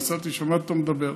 נסעתי ושמעתי אותו מדבר.